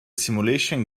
simulation